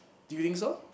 do you think so